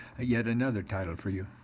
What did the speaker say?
yet another title for you.